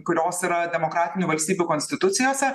kurios yra demokratinių valstybių konstitucijose